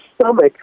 stomach